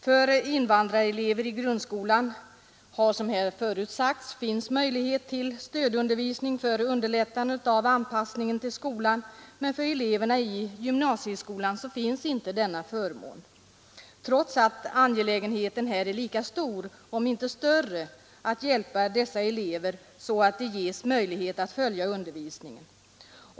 För invandrarelever i grundskolan finns — som har framhållits här tidigare — möjlighet till stödundervisning för underlättandet av anpassningen till skolan. För eleverna i gymnasieskolan finns inte denna förmån, trots att angelägenheten är lika stor, om inte större, att hjälpa dessa elever så att de får möjlighet att följa undervisningen.